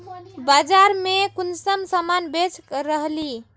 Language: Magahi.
बाजार में कुंसम सामान बेच रहली?